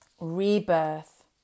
rebirth